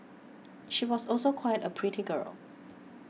she was also quite a pretty girl